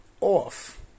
off